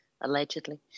allegedly